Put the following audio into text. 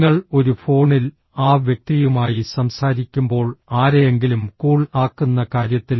നിങ്ങൾ ഒരു ഫോണിൽ ആ വ്യക്തിയുമായി സംസാരിക്കുമ്പോൾ ആരെയെങ്കിലും കൂൾ ആക്കുന്ന കാര്യത്തിൽ